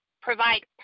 provide